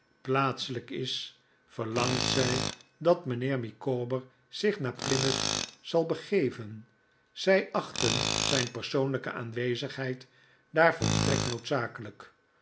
plaatselijk is verlangt zij dat mijnheer micawber zich naar plymouth zal begeven zij achten zijn persoonlijke aanwezigheid daar volstrekt noodzakelijk